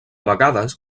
vegades